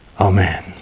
Amen